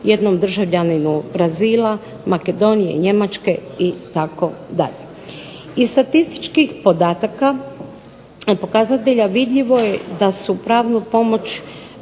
jednom državljaninu Brazila, Makedonije, Njemačke itd. Iz statističkih pokazatelja vidljivo je da su pravnu pomoć